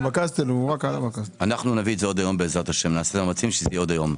נעשה מאמצים שזה יהיה עוד היום.